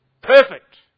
Perfect